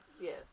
Yes